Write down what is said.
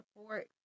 support